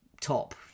top